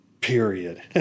period